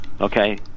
okay